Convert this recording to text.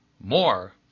more